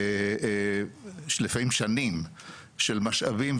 לפעמים שנים של משאבים,